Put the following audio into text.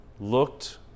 looked